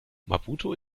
maputo